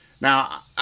Now